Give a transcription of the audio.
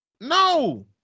No